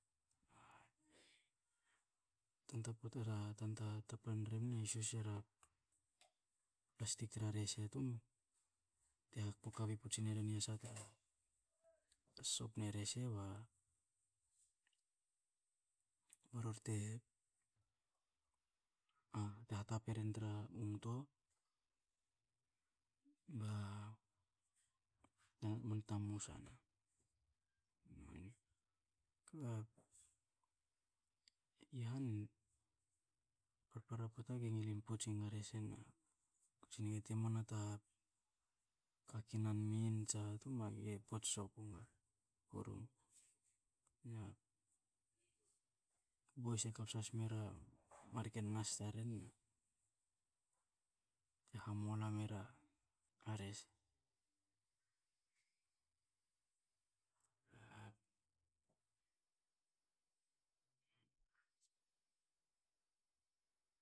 Tanta pota, tana tapla rebna e yusyus era plastik tra rese tum te hakpo kapi putsin rerin i yasa tra sospne rese, ba rori te- te hatapa eren tra u ngoto, ba tna musa na. kba i han, parpara pota ge ngilin pots enga rese na tsin engi te mne muana ta kake namn mi en tsa ha, tum bagate pots soku nga kurum. boys e kapsa smera marken nas taren na te ha mona mera rese.